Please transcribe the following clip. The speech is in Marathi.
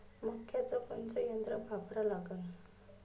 मक्याचं कोनचं यंत्र वापरा लागन?